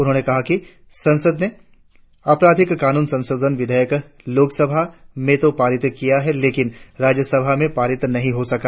उन्होंने कहा कि संसद ने आपराधिक कानून संशोधन विधेयक लोकसभा में तो पारित किया गया लेकिन राज्यसभा में पारित नहीं हो सका